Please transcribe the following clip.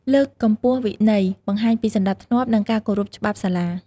លើកកម្ពស់វិន័យ បង្ហាញពីសណ្តាប់ធ្នាប់ និងការគោរពច្បាប់សាលា។